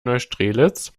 neustrelitz